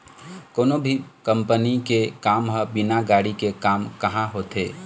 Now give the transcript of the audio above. कोनो भी कंपनी के काम ह बिना गाड़ी के काम काँहा होथे